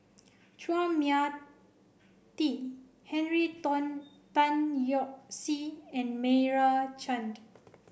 Chua Mia Tee Henry Tan Tan Yoke See and Meira Chand